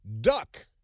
duck